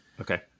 Okay